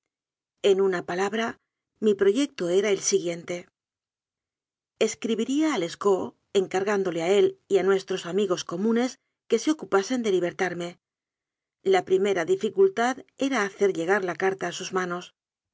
en una palabra mi proyecto era el si anon guíente escribiría a lescaut encargándole a él y a nuestros amigos comunes que se ocupasen de li bertarme la primera dificultad era hacer llegar la carta a sus manos